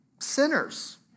sinners